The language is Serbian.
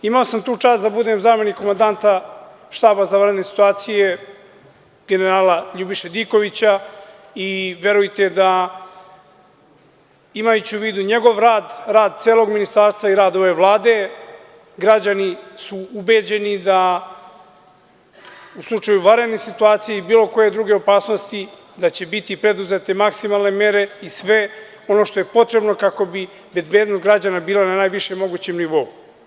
Imao sam tu čast da budem zamenik komandanta Štaba za vanredne situacije generala Ljubiše Dikovića i verujte da su, imajući u vidu njegov rad, rad celog Ministarstva i rad Vlade, građani ubeđeni da će u slučaju vanrednih situacija i bilo kojih drugih opasnosti biti preduzete maksimalne mere i sve ono što je potrebno kako bi bezbednost građana bila na najboljem mogućem nivou.